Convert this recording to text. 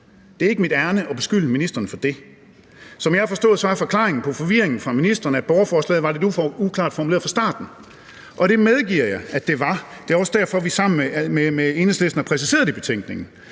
Det er ikke mit ærinde at beskylde ministeren for det. Som jeg har forstået det, var forklaringen på forvirringen fra ministeren, at borgerforslaget var lidt uklart formuleret fra starten. Og det medgiver jeg at det var. Det er også derfor, at vi sammen med Enhedslisten har præciseret det i betænkningen.